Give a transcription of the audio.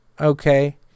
Okay